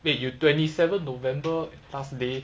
wait you twenty seven november last day